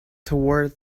toward